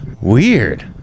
Weird